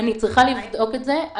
אני צריכה לבדוק את זה.